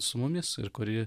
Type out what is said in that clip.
su mumis ir kuri